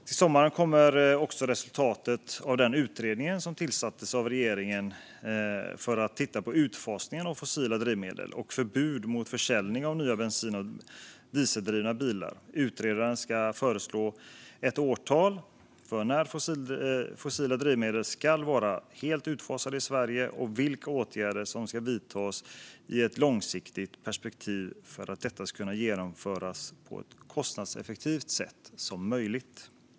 Till sommaren kommer också resultatet av den utredning som tillsatts av regeringen för att titta på utfasning av fossila drivmedel och förbud mot försäljning av nya bensin och dieseldrivna bilar. Utredaren ska föreslå ett årtal för när fossila drivmedel ska vara helt utfasade i Sverige och vilka åtgärder som ska vidtas i ett långsiktigt perspektiv för att detta ska kunna genomföras på ett så kostnadseffektivt sätt som möjligt.